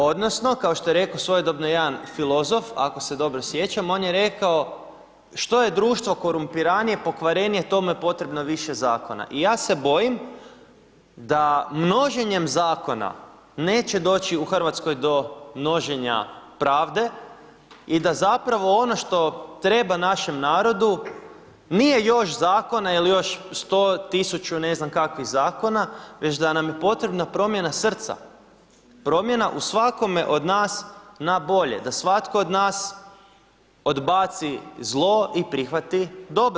Odnosno kako što je rekao svojedobno jedan filozof ako se dobro sjećam on je rekao, što je društvo korumpiranije, pokvarenije to mu je potrebno više zakona, i ja se bojim da množenjem zakona neće doći u Hrvatskoj do množenja pravde i da zapravo ono što treba našem narodu nije još zakona ili još 100, 1.000 ne znam kakvih zakona, već da nam je potrebna promjena srca, promjena u svakome od nas na bolje, da svatko od nas odbaci zlo i prihvati dobro.